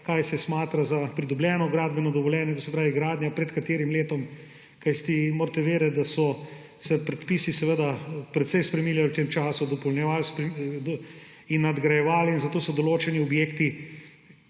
kaj se smatra za pridobljeno gradbeno dovoljenje, to se pravi gradnja pred katerim letom. Kajti morate vedeti, da so se predpisi precej spreminjali v tem času, dopolnjevali in nadgrajevali, zato so določeni objekti